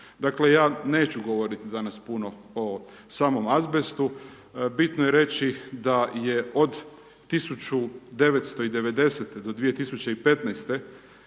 Dakle, ja neću govoriti danas puno o samom azbestu, bitno je reći da je od 1990. do 2015.